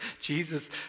Jesus